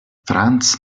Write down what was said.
franz